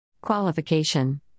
Qualification